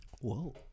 Whoa